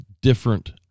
different